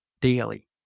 daily